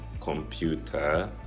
computer